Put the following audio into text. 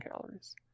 calories